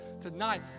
tonight